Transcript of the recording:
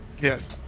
Yes